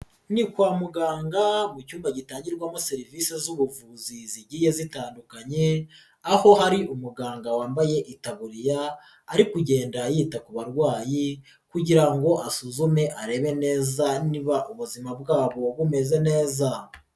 Ni kwa muganga mu cyumba gitangirwamo serivise z'ubuvuzi zigiye zitandukanye, aho ari umuganga wambaye itaburiya ari kugenda yita ku barwayi kugira ngo asuzume arebe neza niba ubuzima bwabo bumeze neza.